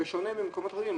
זה שונה ממקומות אחרים.